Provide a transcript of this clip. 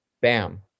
Bam